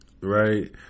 right